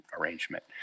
arrangement